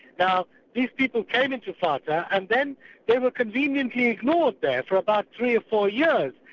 now these people came into fata and then they were conveniently ignored there for about three or four yeah